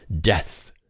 Death